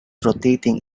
rotating